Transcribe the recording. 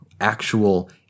actual